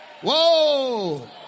Whoa